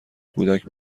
کودک